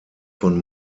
von